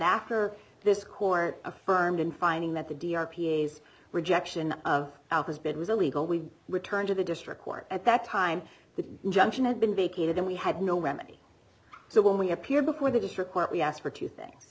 after this core affirmed in finding that the d r p is rejection of has been was illegal we return to the district court at that time the injunction had been vacated and we had no remedy so when we appear before the district court we asked for two things